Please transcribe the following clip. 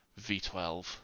V12